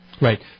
Right